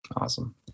Awesome